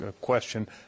question